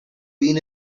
been